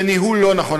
וניהול לא נכון.